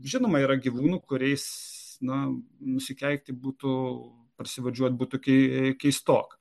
žinoma yra gyvūnų kuriais na nusikeikti būtų prasivardžiuoti būtų kei keistoka